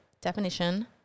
definition